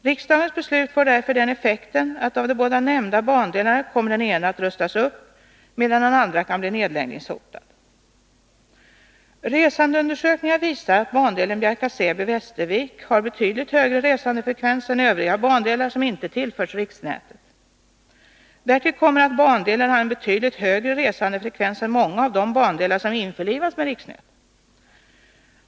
Riksdagens beslut får därför den effekten att av de båda nämnda bandelarna kommer den ena att rustas upp, medan den andra kan bli nedläggningshotad. Resandeundersökningar visar att bandelen Bjärka/Säby-Västervik har betydligt högre resandefrekvens än övriga bandelar som inte har tillförts riksnätet. Därtill kommer att bandelen har en betydligt högre resandefrekvens än många av de bandelar som har införlivats med riksnätet.